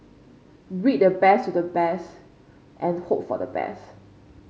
breed the best to the best and hope for the best